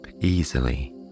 easily